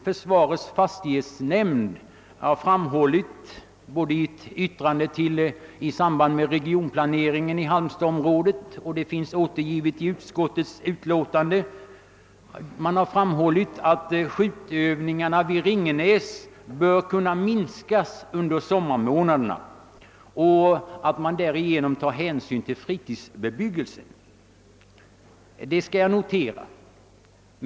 Försvarets fastighetsnämnd har i ett yttrande över förslag till regionplan för halmstadsområdet framhållit — yttrandet är återgivet i utskottsutlåtandet — att skjutövningarna vid Ringenäs bör kunna minskas under sommarmånaderna för att man på det sättet skall ta hänsyn till fritidsbebyggelsen. Detta vill jag notera.